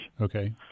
Okay